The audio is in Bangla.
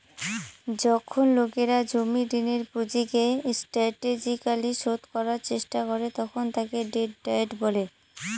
যখন লোকেরা জমির ঋণের পুঁজিকে স্ট্র্যাটেজিকালি শোধ করার চেষ্টা করে তখন তাকে ডেট ডায়েট বলে